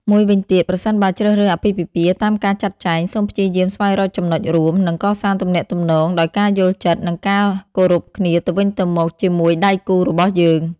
មួយវិញទៀត ប្រសិនបើជ្រើសរើសអាពាហ៍ពិពាហ៍តាមការចាត់ចែង សូមព្យាយាមស្វែងរកចំណុចរួម និងកសាងទំនាក់ទំនងដោយការយល់ចិត្ត និងការគោរពគ្នាទៅវិញទៅមកជាមួយដៃគូរបស់យើង។